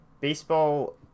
baseball